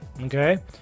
okay